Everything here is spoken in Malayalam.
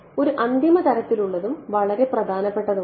ഒരു അന്തിമ തരത്തിലുള്ളതും വളരെ പ്രധാനപ്പെട്ടതുമാണ്